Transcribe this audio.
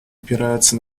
опирается